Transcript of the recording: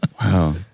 wow